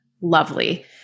lovely